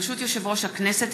ברשות יושב-ראש הכנסת,